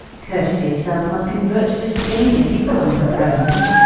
courtesy itself must convert to disdain if you come in her presence.